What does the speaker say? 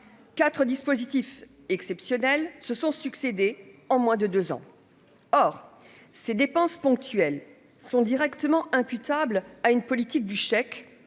ici 4, dispositif exceptionnel se sont succédés en moins de 2 ans, or ces dépenses ponctuelles sont directement imputables à une politique du chèque,